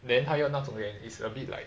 then 他要那种脸 is a bit like